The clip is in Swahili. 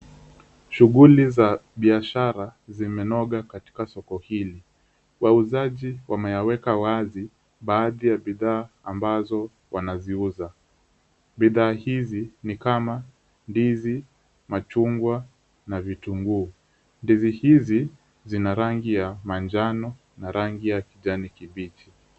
Shughuli za biashara zimenoga katika soko hili. Wauzaji wameyaweka wazi baadhi ya bidhaa ambazo wanaziuza. Bidhaa hizi ni kama ndizi, machungwa na vitunguu. Ndizi hizi zina rangi ya manjano na rangi ya kijani kibichi.